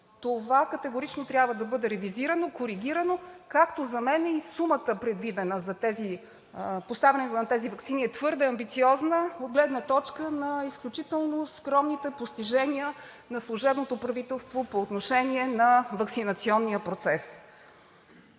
Това категорично трябва да бъде ревизирано и коригирано. За мен и сумата, предвидена за поставяне на тези ваксини, е твърде амбициозна от гледна точка на изключително скромните постижения на служебното правителство по отношение на ваксинационния процес.